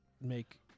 make